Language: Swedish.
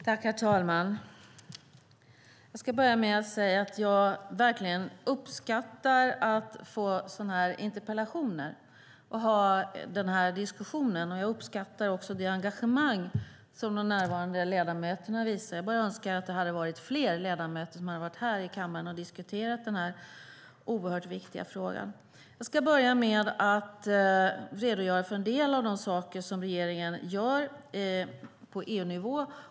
Herr talman! Jag ska börja med att säga att jag verkligen uppskattar att få sådana här interpellationer och att ha den här diskussionen. Jag uppskattar också det engagemang som de närvarande ledamöterna visar. Jag önskar bara att det hade varit fler ledamöter som hade varit här i kammaren och diskuterat den här oerhört viktiga frågan. Jag ska börja med att redogöra för en del av de saker som regeringen gör på EU-nivå.